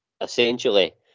essentially